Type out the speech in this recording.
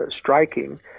striking